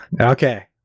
Okay